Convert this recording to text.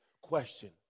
Question